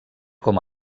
com